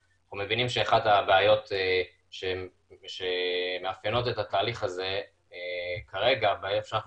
אנחנו מבינים שאחת הבעיות שמאפיינות את התהליך הזה כרגע איפה שאנחנו